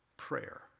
prayer